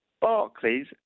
Barclays